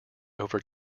over